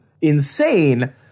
Insane